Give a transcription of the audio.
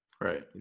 Right